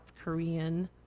Korean